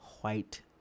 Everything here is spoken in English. white